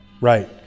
Right